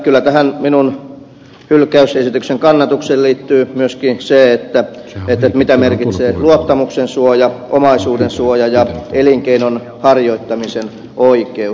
kyllä tähän minun hylkäysesityksen kannatukseeni liittyy myöskin se mitä merkitsevät luottamuksensuoja omaisuudensuoja ja elinkeinon harjoittamisen oikeus